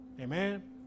Amen